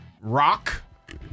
Rock